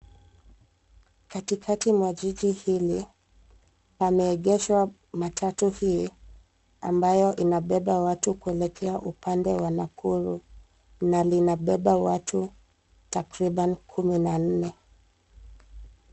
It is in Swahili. Katikati mwa jiji hili pameegeshwa matatu hii ambayo inabeba watu kuelekea upande wa Nakuru na linabeba watu takriban kumi na nne.